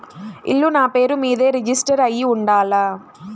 ఇల్లు నాపేరు మీదే రిజిస్టర్ అయ్యి ఉండాల?